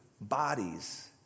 bodies